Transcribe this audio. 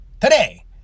today